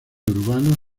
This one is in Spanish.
urbano